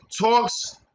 talks